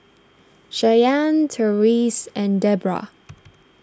Shyanne Tyrese and Debrah